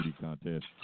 contest